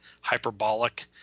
hyperbolic